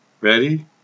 Ready